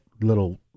little